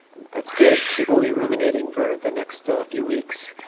that's good. people will be ruminating for the next few weeks.